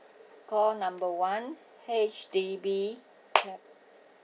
call number one H_D_B